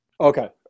Okay